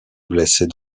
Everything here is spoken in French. blessés